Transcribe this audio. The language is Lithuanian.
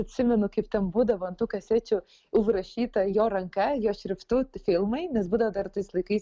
atsimenu kaip ten būdavo ant tų kasečių užrašyta jo ranka jo šriftu filmai nes būdavo dar tais laikais